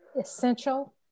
essential